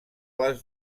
les